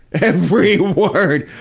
every word!